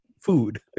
food